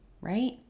right